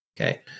Okay